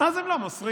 אז הם לא מוסרים.